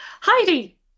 Heidi